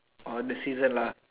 on the season lah